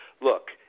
look